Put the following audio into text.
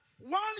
One